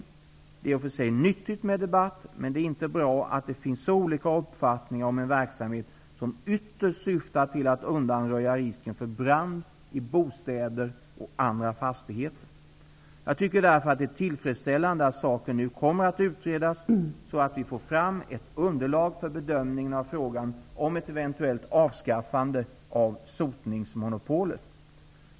Det är i och för sig nyttigt med debatt, men det är inte bra att det finns så olika uppfattningar om en verksamhet som ytterst syftar till att undanröja risken för brand i bostäder och andra fastigheter. Jag tycker därför att det är tillfredsställande att saken nu kommer att utredas så att vi får fram ett underlag för bedömningen av frågan om ett eventuellt avskaffande av sotningsmonopolet.